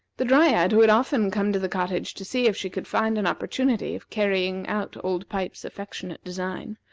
the dryad, who had often come to the cottage to see if she could find an opportunity of carrying out old pipes's affectionate design,